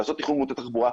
לעשות תכנון מוטה תחבורה,